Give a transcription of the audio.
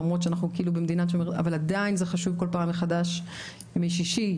למרות שאנחנו במדינת --- אבל עדיין זה חשוב כל פעם מחדש ימי שישי,